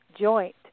joint